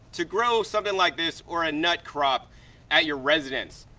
to grow something like this or a nut crop at your residence.